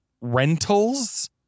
rentals